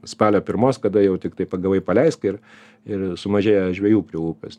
spalio pirmos kada jau tiktai pagavai paleisk ir ir sumažėja žvejų prie upės